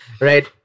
Right